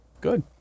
Good